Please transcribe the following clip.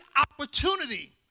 opportunity